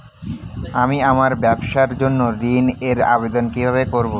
আমি আমার ব্যবসার জন্য ঋণ এর আবেদন কিভাবে করব?